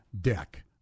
deck